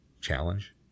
challenge